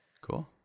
cool